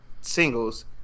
singles